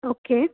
okay